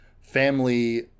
family